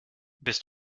bist